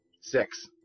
Six